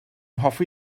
hoffi